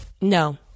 no